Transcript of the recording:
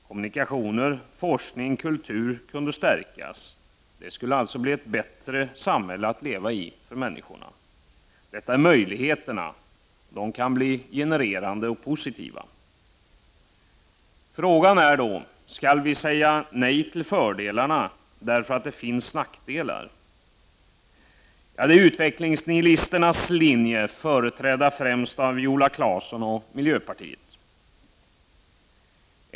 Kommunikationer, forskning och kultur kunde stärkas. Det skulle alltså bli ett bättre samhälle för människorna att leva i. Detta är möjligheterna, de kan bli genererande och positiva. Frågan är då: Skall vi säga nej till fördelarna därför att det finns nackdelar? Det är utvecklingsnihilisternas linje, företrädd främst av Viola Claesson och miljöpartiet.